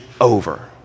over